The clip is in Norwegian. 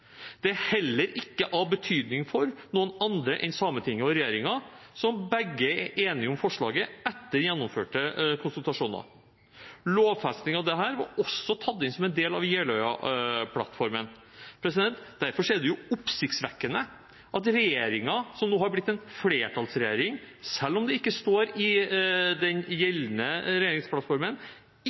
er heller ikke av betydning for noen andre enn Sametinget og regjeringen, som begge er enige om forslaget etter gjennomførte konsultasjoner. Lovfesting av dette var også tatt inn som en del av Jeløya-plattformen. Selv om det ikke står i den gjeldende regjeringsplattformen, er det derfor oppsiktsvekkende at regjeringen, som nå har blitt en flertallsregjering, ikke har støtte i sitt eget parlamentariske grunnlag i